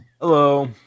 Hello